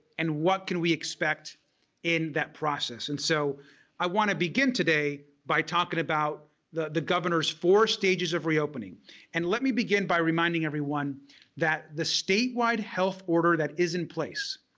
and what can we expect in that process. and so i want to begin today by talking about the the governor's four stages of reopening and let me begin by reminding everyone that the statewide health order that is in place.